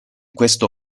questo